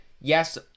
yes